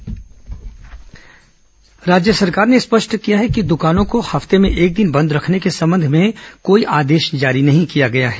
प्रतिबंधित दुकानें राज्य सरकार ने यह स्पष्ट कर दिया है कि दुकानों को हफ्ते में एक दिन बंद रखने के संबंध में कोई आदेश जारी नहीं किया गया है